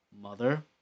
Mother